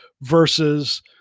versus